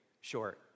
short